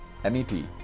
MEP